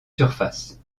surface